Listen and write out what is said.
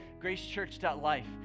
gracechurch.life